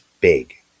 big